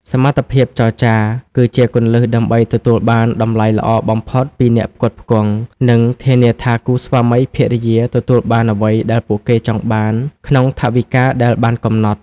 សមត្ថភាពចរចា គឺជាគន្លឹះដើម្បីទទួលបានតម្លៃល្អបំផុតពីអ្នកផ្គត់ផ្គង់ និងធានាថាគូស្វាមីភរិយាទទួលបានអ្វីដែលពួកគេចង់បានក្នុងថវិកាដែលបានកំណត់។